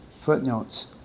Footnotes